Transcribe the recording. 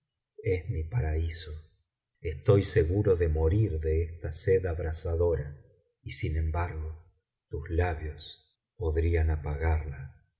es mi paraíso estoy seguro de morir de esta sed abrasadora y sin embargo tus labios podhan apagarla